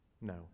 No